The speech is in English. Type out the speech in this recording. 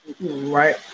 Right